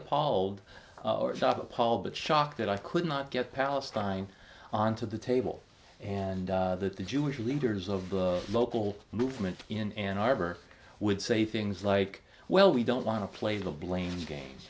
appalled appalled at shocked that i could not get palestine on to the table and that the jewish leaders of the local movement in ann arbor would say things like well we don't want to play the blame game